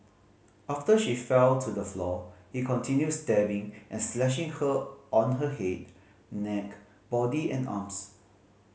after she fell to the floor he continued stabbing and slashing her on her head neck body and arms